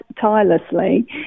tirelessly